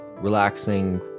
relaxing